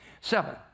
Seven